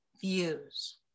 views